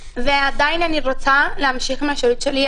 ועדיין אני רוצה להמשיך את השירות שלי,